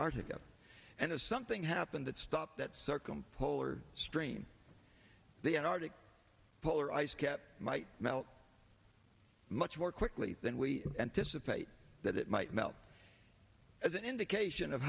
a and if something happened that stopped that circum polar stream the antarctic polar ice cap might melt much more quickly than we anticipate that it might melt as an indication of